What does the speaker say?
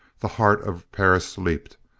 the heart of perris leaped.